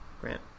Grant